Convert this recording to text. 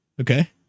Okay